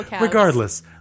Regardless